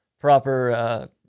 proper